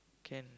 can